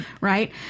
Right